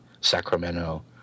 Sacramento